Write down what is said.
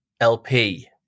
LP